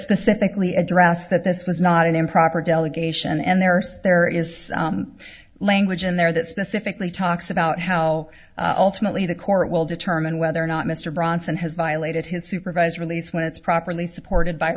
specifically addressed that this was not an improper delegation and there are so there is language in there that specifically talks about how alternately the court will determine whether or not mr bronson has violated his supervised release when it's properly supported by